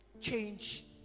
change